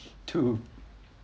to